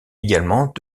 également